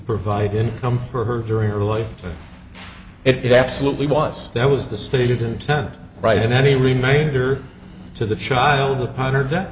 provide income for her during her life it absolutely was that was the stated intent right of any remainder to the child upon her that